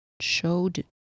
showed